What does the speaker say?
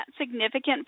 significant